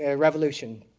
ah revolution.